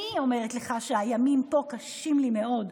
אני אומרת לך שהימים פה קשים לי מאוד,